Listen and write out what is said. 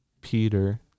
Peter